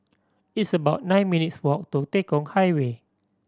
it's about nine minutes' walk to Tekong Highway